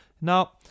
Now